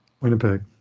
winnipeg